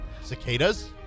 Cicadas